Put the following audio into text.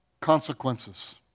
consequences